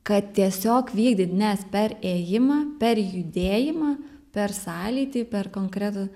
kad tiesiog vykdyt nes per ėjimą per judėjimą per sąlytį per konkretų